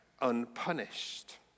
unpunished